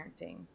parenting